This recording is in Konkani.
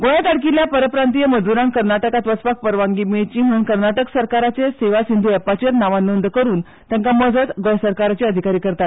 गोंयांत शिरकून उरिल्ल्या परप्रांतीय मज़्रांक कर्नाटकांत वचपाक परवानगी मेळची हणून कर्नाटक सरकाराचे सेवा सिंधू अपाचेर नांवां नोंद करून तांकां मजत गोंय सरकाराचे अधिकारी करता